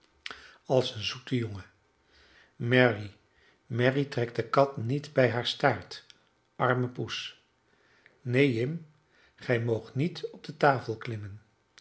als een zoete jongen mary mary trek de kat niet bij haar staart arme poes neen jim gij moogt niet op de tafel klimmen